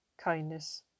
kindness